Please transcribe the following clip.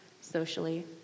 socially